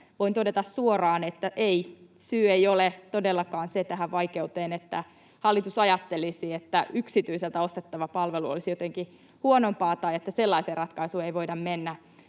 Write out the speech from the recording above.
Voin todeta suoraan, että ei, syy tähän vaikeuteen ei ole todellakaan se, että hallitus ajattelisi, että yksityiseltä ostettava palvelu olisi jotenkin huonompaa tai että sellaiseen ratkaisuun ei voida mennä.